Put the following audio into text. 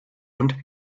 und